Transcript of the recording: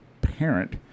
parent